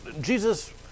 Jesus